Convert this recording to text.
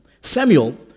Samuel